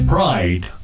Pride